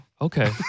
Okay